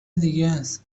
دیگس